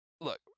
look